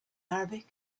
arabic